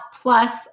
plus